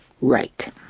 right